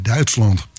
Duitsland